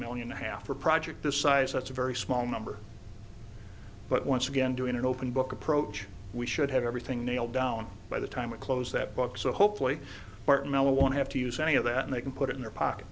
million a half a project this size that's a very small number but once again doing an open book approach we should have everything nailed down by the time of close that book so hopefully it won't have to use any of that and they can put it in their pocket